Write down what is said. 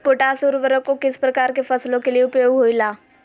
Potash उर्वरक को किस प्रकार के फसलों के लिए उपयोग होईला?